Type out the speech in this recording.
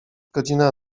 godzina